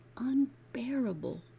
unbearable